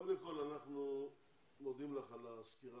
קודם כל אנחנו מודים לך על הסקירה,